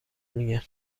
میگم